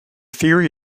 theory